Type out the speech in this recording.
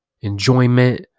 enjoyment